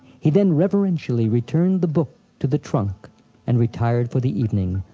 he then reverentially returned the book to the trunk and retired for the evening,